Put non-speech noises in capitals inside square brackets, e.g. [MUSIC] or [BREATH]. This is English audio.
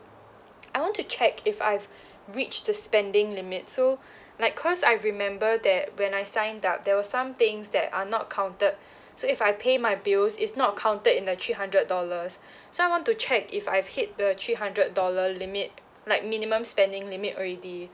[NOISE] I want to check if I've [BREATH] reached the spending limit so [BREATH] like cause I remember that when I signed up there were some things that are not counted [BREATH] so if I pay my bills is not counted in the three hundred dollars [BREATH] so I want to check if I've hit the three hundred dollar limit [NOISE] like minimum spending limit already